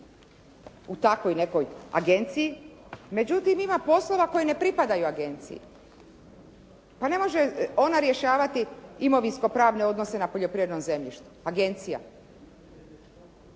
u takvoj nekoj Agenciji, međutim ima poslova koji ne pripadaju Agenciji. Pa ne može ona rješavati imovinsko-pravne odnose na poljoprivrednom zemljištu. Agencija.